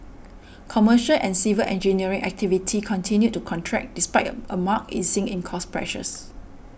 commercial and civil engineering activity continued to contract despite a a marked easing in cost pressures